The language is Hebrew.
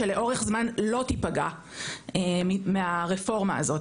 שלאורך זמן לא תפגע מהרפורמה הזאת.